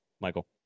Michael